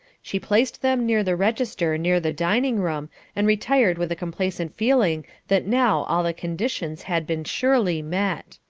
she placed them near the register near the dining-room and retired with a complacent feeling that now all the conditions had been surely met.